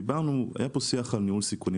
היה פה שיח על ניהול סיכונים,